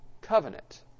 covenant